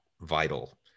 vital